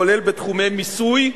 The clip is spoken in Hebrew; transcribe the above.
כולל בתחומי מיסוי,